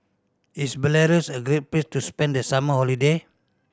is Belarus a good place to spend the summer holiday